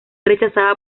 rechazaba